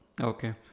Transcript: Okay